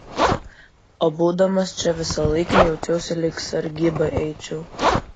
o būdamas čia visą laiką jaučiausi lyg sargybą eičiau